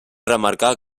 remarcar